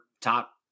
top